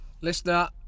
Listener